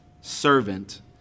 servant